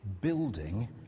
building